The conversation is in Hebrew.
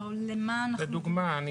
אני אתן דוגמה.